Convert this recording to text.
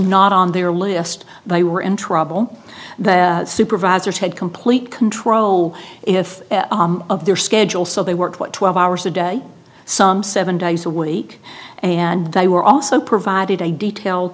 not on their list they were in trouble their supervisors had complete control if of their schedule so they worked what twelve hours a day some seven days a week and they were also provided a detailed